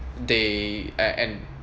they are and